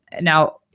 Now